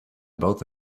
both